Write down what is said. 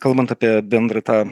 kalbant apie bendrą tą